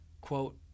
Quote